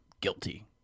guilty